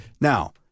now